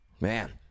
Man